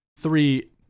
three